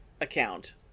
account